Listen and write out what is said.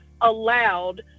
allowed